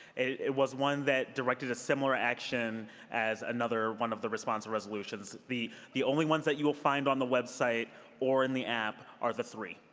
it was one that directed a similar action as another one of the responsive resolutions. the the only ones that you will find on the website or in the app are the three.